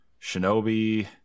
shinobi